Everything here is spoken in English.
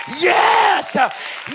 yes